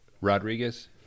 Rodriguez